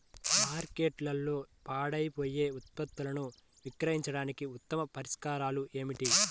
మార్కెట్లో పాడైపోయే ఉత్పత్తులను విక్రయించడానికి ఉత్తమ పరిష్కారాలు ఏమిటి?